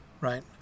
right